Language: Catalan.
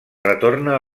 retorna